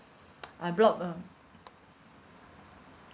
I block ah